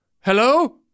Hello